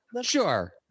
Sure